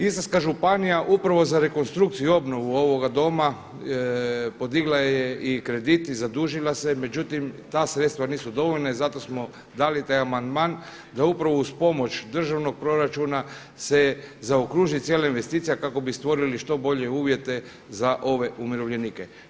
Istarska županija upravo za rekonstrukciju i obnovu ovoga doma podigla je i kredit i zadužila se, međutim ta sredstva nisu dovoljna i zato smo dali taj amandman da upravo uz pomoć državnog proračuna se zaokruži cijela investicija kako bi stvorili što bolje uvjete za ove umirovljenike.